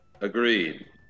agreed